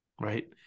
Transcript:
right